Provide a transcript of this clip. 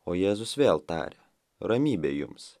o jėzus vėl tarė ramybė jums